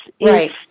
Right